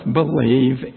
believe